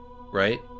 right